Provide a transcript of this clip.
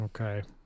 okay